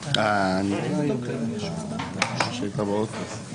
אנו פותחים יום דיונים ששני הדיונים הראשונים בו תפסו